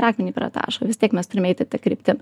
akmenį pratašo vis tiek mes turime eiti ta kryptim